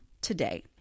today